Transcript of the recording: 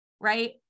right